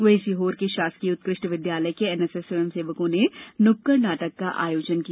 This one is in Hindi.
वहीं सीहोर के शासकीय उत्कृष्ट विद्यालय के एनएसएस स्वयंसेवकों ने नुक्कड़ नाटक का आयोजन किया